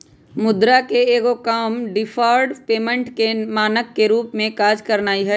मुद्रा के एगो काम डिफर्ड पेमेंट के मानक के रूप में काज करनाइ हइ